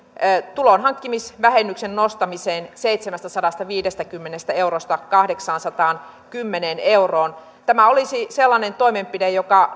tulonhankkimisvähennyksen nostamiseen seitsemästäsadastaviidestäkymmenestä eurosta kahdeksaansataankymmeneen euroon tämä olisi sellainen toimenpide joka